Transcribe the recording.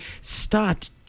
start